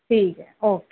ठीक ऐ ओके